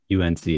UNC